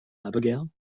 abigail